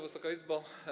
Wysoka Izbo!